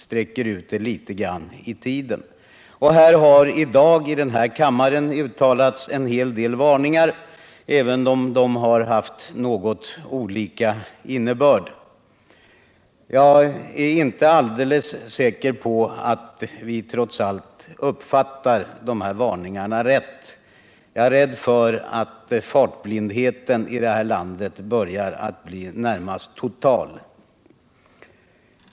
I denna kammare har i dag uttalats en hel del varningar, även om de har haft något olika innebörd. Jag är inte alldeles säker på att vi uppfattar de varningarna rätt — jag är rädd för att fartblindheten i vårt land börjar bli närmast total.